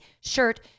shirt